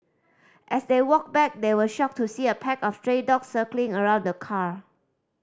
as they walked back they were shocked to see a pack of stray dogs circling around the car